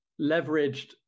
leveraged